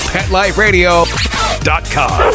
PetLifeRadio.com